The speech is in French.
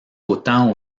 autant